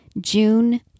June